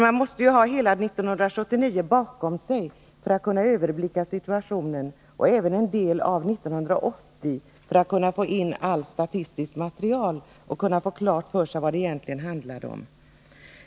Man måste ju ha hela 1979 bakom sig för att kunna överblicka situationen — och även en del av 1980 för att kunna få in allt statistiskt material och få klart för sig vad det egentligen handlade om.